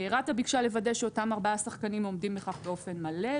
רת"א ביקשה לוודא שאותם ארבעה שחקנים עומדים בכך באופן מלא.